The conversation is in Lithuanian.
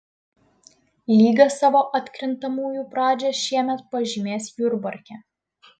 lyga savo atkrintamųjų pradžią šiemet pažymės jurbarke